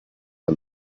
and